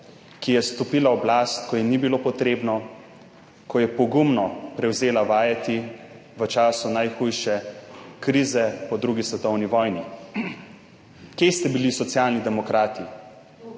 ki je nastopila oblast, ko ji ni bilo potrebno, ko je pogumno prevzela vajeti v času najhujše krize po drugi svetovni vojni. Kje ste bili Socialni demokrati?